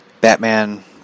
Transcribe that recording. Batman